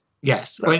Yes